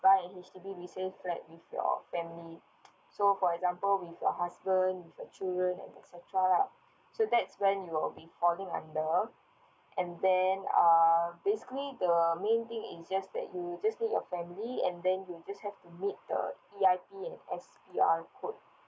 buy a H_D_B resale flat with your family so for example with your husband with your children and et cetera lah so that's when you will be falling under and then uh basically the main thing is just that you'll just need your family and then you'll just have to meet E_I_P and S_P_R code